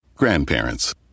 Grandparents